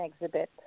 exhibit